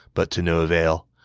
but to no avail.